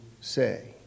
say